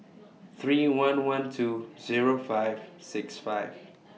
three one one two Zero five six five